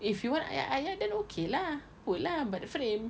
if you want ayat-ayat then okay lah put lah but frame